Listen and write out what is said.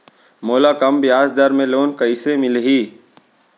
मोला कम ब्याजदर में लोन कइसे मिलही?